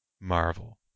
Marvel